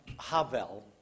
Havel